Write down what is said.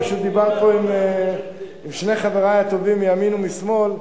פשוט דיברת פה עם שני חברי הטובים, מימין ומשמאל.